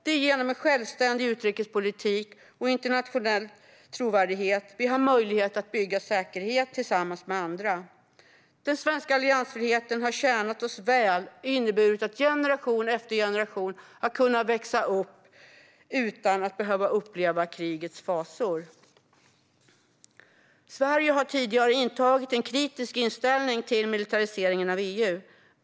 Det är genom en självständig utrikespolitik och en internationell trovärdighet som vi har möjlighet att bygga säkerhet tillsammans med andra. Den svenska alliansfriheten har tjänat oss väl och inneburit att generation efter generation har kunnat växa upp utan att behöva uppleva krigets fasor. Sverige har tidigare intagit en kritisk inställning till militariseringen av EU.